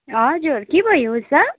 हजुर के भयो उषा